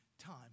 time